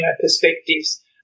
perspectives